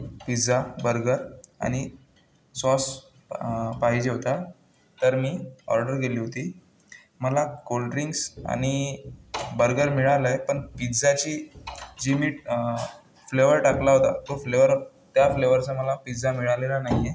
pizza burger आणि sauce पाहिजे होता तर मी ऑर्डर केली होती मला कोल्ड्रिंक्स आणि बर्गर मिळालंय पण पिझ्झाची जी मी फ्लेवर टाकला होता तो फ्लेवर त्या फ्लेवरचा मला पिझ्झा मिळालेला नाही आहे